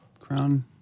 Crown